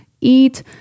eat